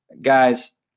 guys